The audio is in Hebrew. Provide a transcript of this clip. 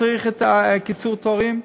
צריך את קיצור התורים,